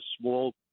small